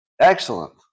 Excellent